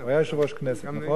הוא היה יושב-ראש הכנסת, נכון?